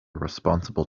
responsible